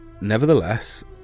nevertheless